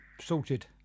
Sorted